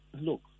look